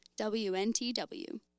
WNTW